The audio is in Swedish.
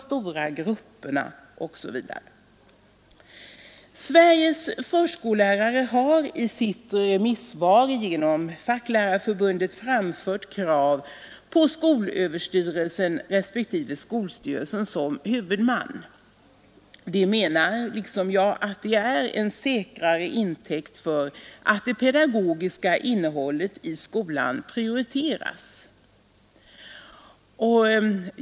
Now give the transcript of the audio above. Sveriges förskollärare har i remissvar genom Facklärarförbundet framfört krav på att skolöverstyrelsen respektive skolstyrelsen skall vara huvudmän. De menar liksom jag att det är en säkrare intäkt för att det pedagogiska innehållet i förskolan prioriteras.